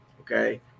okay